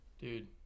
dude